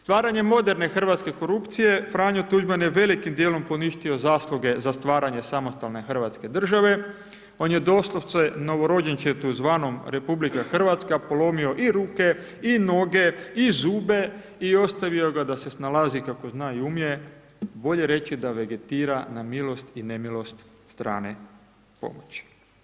Stvaranjem moderne hrvatske korupcije Franjo Tuđman je velikim dijelom poništio zasluge za stvaranje samostalne Hrvatske države, on je doslovce novorođenčetu zvanom Republika Hrvatska polomio i ruke i noge i zube i ostavio ga da se snalazi kako zna i umije, bolje reći da vegetira na milost i nemilost strane pomoći.